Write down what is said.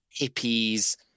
hippies